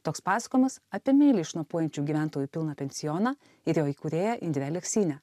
toks pasakojimas apie meiliai šnuopuojančių gyventojų pilną pensioną ir jo įkūrėją indrę aleksynę